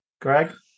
Greg